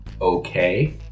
okay